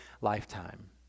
lifetime